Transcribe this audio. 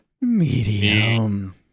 medium